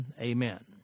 Amen